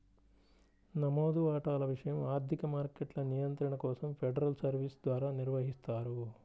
నమోదు వాటాల విషయం ఆర్థిక మార్కెట్ల నియంత్రణ కోసం ఫెడరల్ సర్వీస్ ద్వారా నిర్వహిస్తారు